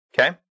Okay